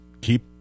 keep